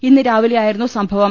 ഇന്ന് രാവിലെയായിരുന്നു സംഭവം